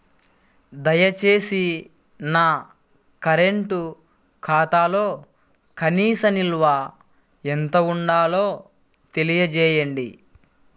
దయచేసి నా కరెంటు ఖాతాలో కనీస నిల్వ ఎంత ఉండాలో తెలియజేయండి